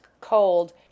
cold